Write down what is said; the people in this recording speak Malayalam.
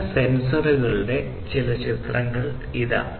ചില സെൻസറുകളുടെ ചില ചിത്രങ്ങൾ ഇതാ